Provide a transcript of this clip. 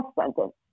sentence